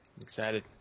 excited